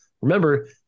remember